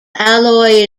alloy